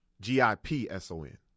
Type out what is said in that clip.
g-i-p-s-o-n